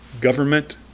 government